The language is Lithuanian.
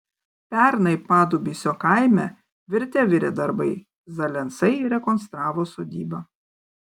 pernai padubysio kaime virte virė darbai zalensai rekonstravo sodybą